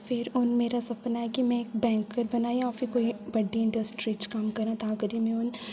फेर हून मेरा सपना ऐ कि में इक बैंकर बनां जां फेर कोई बड्डी इंडस्ट्री च कम्म करां तां करियै में हून